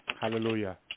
Hallelujah